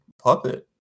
puppet